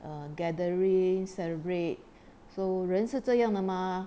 err gathering celebrate so 人是这样的吗